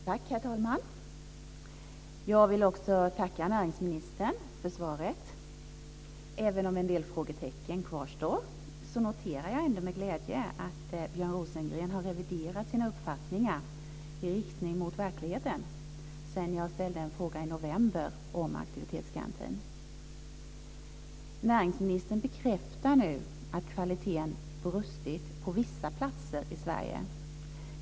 Herr talman! Jag vill också tacka näringsministern för svaret. Även om del frågetecken kvarstår noterar jag ändå med glädje att Björn Rosengren har reviderat sina uppfattningar i riktning mot verkligheten sedan jag ställde en fråga i november om aktivitetsgarantin. Näringsminister bekräftar nu att kvaliteten brustit på vissa platser i Sverige.